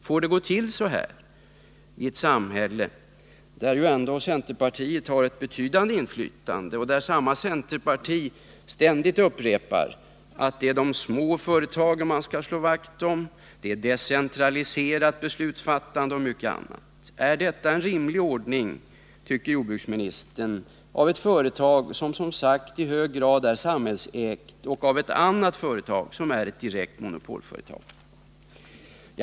Får det gå till så här i ett samhälle, där ändå centerpartiet har ett betydande inflytande och där samma centerparti ständigt upprepar att det är de små företagen man skall slå vakt om, att man skall ha ett decentraliserat beslutsfattande osv.? Är detta ett rimligt handlingssätt, tycker jordbruksministern, av ett företag som i hög grad är samhällsägt och ett annat företag som är ett direkt monopolföretag?